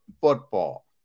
football